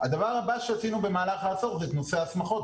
הדבר הבא שעשינו במהלך העשור זה את נושא ההסמכות.